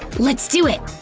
let's do it!